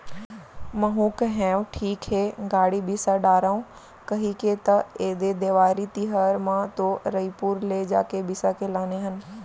महूँ कहेव ठीक हे गाड़ी बिसा डारव कहिके त ऐदे देवारी तिहर म तो रइपुर ले जाके बिसा के लाने हन